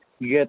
get